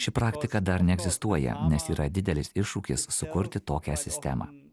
ši praktika dar neegzistuoja nes yra didelis iššūkis sukurti tokią sistemą